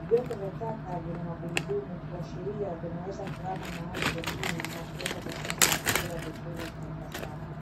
Vyombo vya taka vina magurudumu kuashiria vinaweza kuhama mahali pengine na kuweza kutunza mazingira vizuri na ipasavyo.